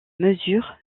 mesure